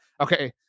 okay